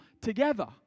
together